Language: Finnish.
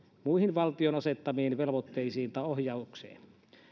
muihin valtion asettamiin velvoitteisiin tai ohjaukseen